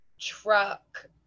truck